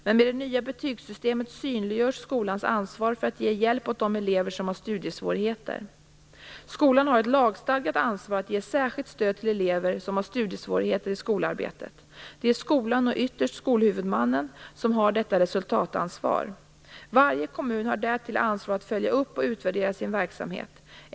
Men med det nya betygssystemet synliggörs skolans ansvar för att ge hjälp åt de elever som har studiesvårigheter. Skolan har ett lagstadgat ansvar att ge särskilt stöd till elever som har studiesvårigheter i skolarbetet. Det är skolan och ytterst skolhuvudmannen som har detta resultatansvar. Varje kommun har därtill ansvar att följa upp och utvärdera sin verksamhet.